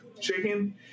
chicken